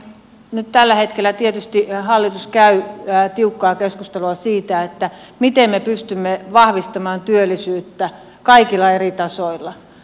nyt tällä hetkellä hallitus käy tietysti tiukkaa keskustelua siitä miten me pystymme vahvistamaan työllisyyttä kaikilla eri tasoilla